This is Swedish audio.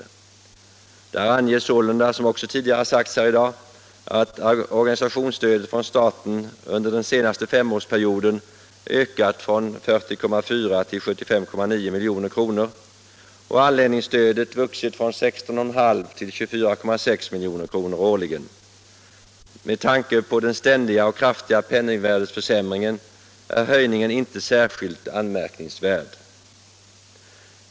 Där anges sålunda, som också har sagts tidigare i dag, att organisationsstödet från staten under den senaste femårsperioden har ökat från 40,4 till 75,9 milj.kr. och att anläggningsstödet har vuxit från 16,5 till 24,6 milj.kr. årligen. Med tanke på den ständiga och kraftiga penningvärdeförsämringen är dessa höjningar inte särskilt anmärkningsvärda.